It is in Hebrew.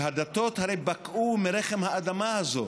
והדתות הרי בקעו מרחם האדמה הזאת.